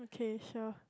okay sure